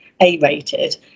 A-rated